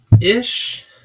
Ish